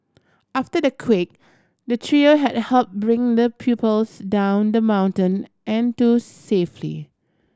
after the quake the trio had helped bring the pupils down the mountain and to safely